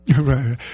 right